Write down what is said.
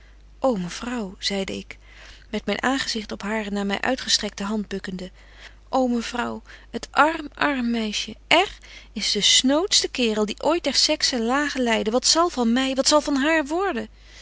ô mevrouw zeide ik met myn aangezigt op hare naar my uitgestrekbetje wolff en aagje deken historie van mejuffrouw sara burgerhart te hand bukkende ô mevrouw het arm arm meisje r is de snootste kerel die ooit der sexe lagen leide wat zal van my wat zal van haar worden